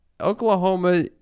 Oklahoma